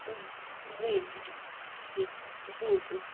जी जी जी जी जी